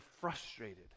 frustrated